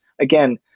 again